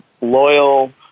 loyal